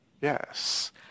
Yes